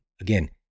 again